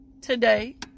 today